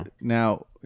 Now